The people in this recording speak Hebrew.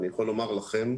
אני יכול לומר לכם,